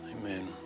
Amen